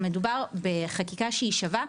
מדובר בחקיקה שהיא שווה.